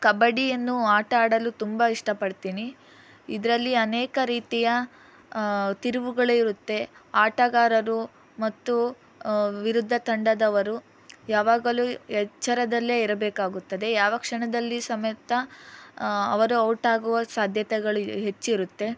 ಕಬಡ್ಡಿಯನ್ನು ಆಟ ಆಡಲು ತುಂಬ ಇಷ್ಟಪಡ್ತೀನಿ ಇದರಲ್ಲಿ ಅನೇಕ ರೀತಿಯ ತಿರುವುಗಳೇ ಇರುತ್ತೆ ಆಟಗಾರರು ಮತ್ತು ವಿರುದ್ಧ ತಂಡದವರು ಯಾವಾಗಲೂ ಎಚ್ಚರದಲ್ಲೇ ಇರಬೇಕಾಗುತ್ತದೆ ಯಾವ ಕ್ಷಣದಲ್ಲಿ ಸಮೇತ ಅವರು ಔಟಾಗುವ ಸಾಧ್ಯತೆಗಳು ಹೆಚ್ಚಿರುತ್ತೆ